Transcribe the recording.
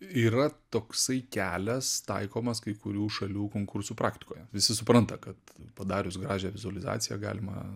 yra toksai kelias taikomas kai kurių šalių konkursų praktikoje visi supranta kad padarius gražią vizualizaciją galima